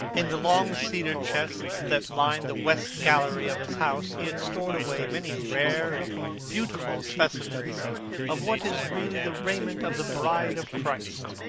in the long cedar chests that lined the west gallery of his house, he had stored away many rare and beautiful specimens of what is really the raiment of the bride of christ,